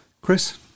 Chris